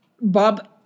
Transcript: Bob